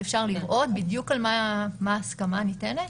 שאפשר לראות על מה בדיוק ההסכמה ניתנת?